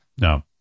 No